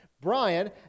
Brian